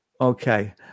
Okay